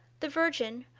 the virgin,